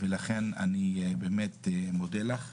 ולכן, אני מודה לך.